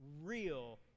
real